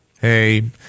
Hey